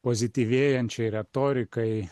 pozityvėjančiai retorikai